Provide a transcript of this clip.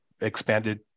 expanded